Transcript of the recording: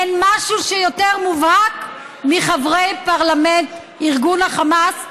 אין משהו יותר מובהק מחברי פרלמנט ארגון החמאס,